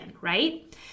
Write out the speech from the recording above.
right